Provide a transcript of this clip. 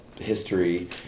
history